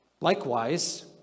Likewise